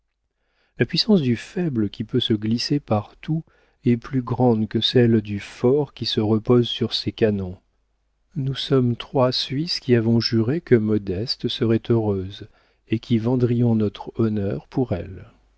la puissance du faible qui peut se glisser partout est plus grande que celle du fort qui se repose sur ses canons nous sommes trois suisses qui avons juré que modeste serait heureuse et qui vendrions notre honneur pour elle